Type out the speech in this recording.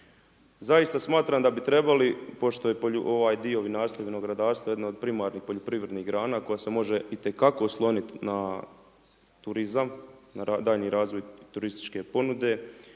Zaista smatram da bi trebali pošto je ovaj dio vinarstva i vinogradarstva jedna od primarnih poljoprivrednih grana koja se može itekako osloniti na turizam, na daljnji razvoj turističke ponude